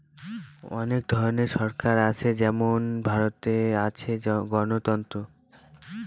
অনেক ধরনের সরকার হয় যেমন ভারতে আছে গণতন্ত্র